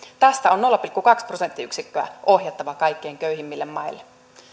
tästä on nolla pilkku kaksi prosenttiyksikköä ohjattava kaikkein köyhimmille maille